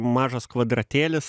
mažas kvadratėlis